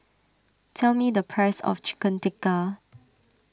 tell me the price of Chicken Tikka